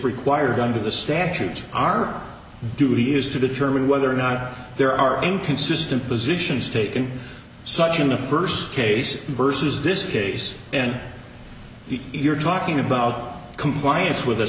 required under the statute our duty is to determine whether or not there are inconsistent positions taken such in the first case versus this case and he you're talking about compliance with